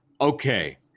Okay